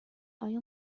آیا